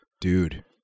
Dude